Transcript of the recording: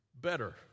Better